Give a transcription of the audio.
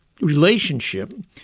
relationship